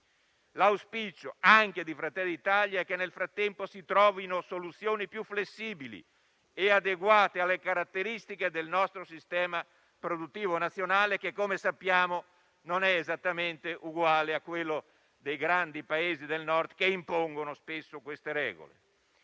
L'auspicio, anche di Fratelli d'Italia, è che nel frattempo si trovino soluzioni più flessibili e adeguate alle caratteristiche del nostro sistema produttivo nazionale, che - come sappiamo - non è esattamente uguale a quello dei grandi Paesi del Nord che impongono spesso queste regole.